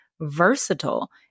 versatile